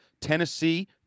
Tennessee